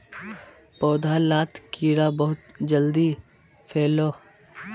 पौधा लात कीड़ा बहुत जल्दी फैलोह